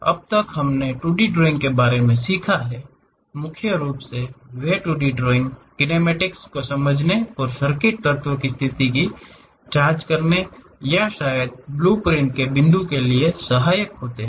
अब तक हमने 2 डी ड्रॉइंग के बारे में सीखा है मुख्य रूप से वे 2 डी ड्राइंग किनेमेटिक्स को समझने और सर्किट तत्वों की स्थिति की जांच करने या शायद ब्लूप्रिंट के बिंदु के लिए सहायक होते हैं